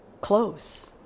close